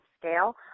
scale